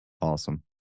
Awesome